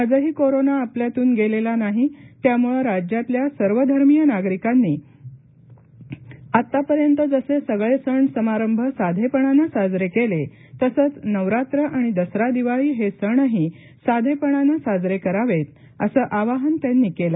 आजही कोरोना आपल्यातून गेलेला नाही त्यामुळे राज्यातल्या सर्व धर्मीय नागरिकांनी आतापर्यंत जसे सगळे सण समारंभ साधेपणाने साजरे केले तसेच नवरात्र आणि दसरा दिवाळी हे सणही साधेपणाने साजरे करावेत असं आवाहन त्यांनी केलं